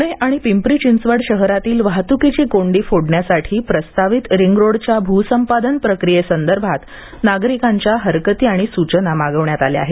पुणे आणि पिंपरी चिंचवड शहरातील वाहतुकीची कोंडी फोडण्यासाठी प्रस्तावित रिंगरोडच्या भूसंपादन प्रक्रियेसंदर्भात नागरिकांच्या हरकती सूचना मागविण्यात आल्या आहेत